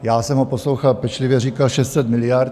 Já jsem ho poslouchal pečlivě, říkal 600 miliard.